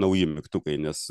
nauji mygtukai nes